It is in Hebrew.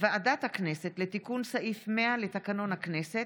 ועדת הכנסת לתיקון סעיף 100 לתקנון הכנסת,